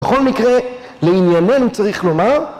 בכל מקרה, לענייננו צריך לומר...